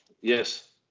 Yes